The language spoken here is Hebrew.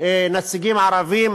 נציגים ערבים,